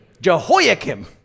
Jehoiakim